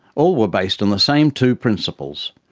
all were based on the same two principles.